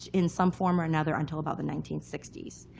in some form or another until about the nineteen sixty s.